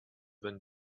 when